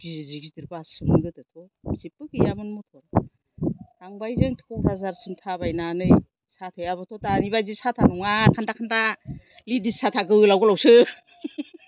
गिदिर गिदिर बाससोमोन गोदोथ' जेबो गैयामोन मटर थांबाय जों क'क्राझारसिम थाबायनानै साथायाबोथ' दानि बादि साथा नङा खान्दा खान्दा लेडिस साथा गोलाव गोलावसो